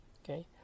Okay